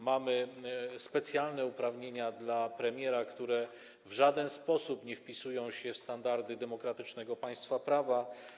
Mamy specjalne uprawnienia dla premiera, które w żaden sposób nie wpisują się w standardy demokratycznego państwa prawa.